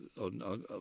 on